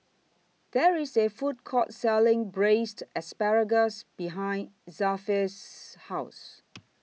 There IS A Food Court Selling Braised Asparagus behind Zelpha's House